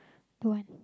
don't want